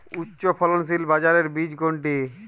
উচ্চফলনশীল বাজরার বীজ কোনটি?